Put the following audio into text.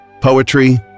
poetry